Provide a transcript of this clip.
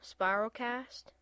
Spiralcast